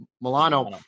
Milano-